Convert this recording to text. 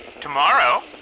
tomorrow